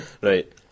Right